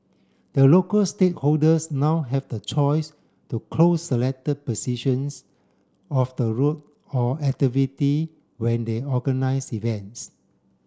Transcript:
the local stakeholders now have the choice to close selected positions of the road for activity when they organise events